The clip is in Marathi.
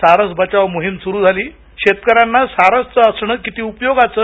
सारस बचाव मोहिम सुरू झाल शेतकऱ्यांना सारसचं असणं कित उपयोगाचं